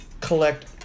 collect